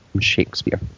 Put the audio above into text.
Shakespeare